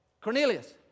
Cornelius